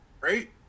right